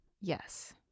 Yes